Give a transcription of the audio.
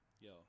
yo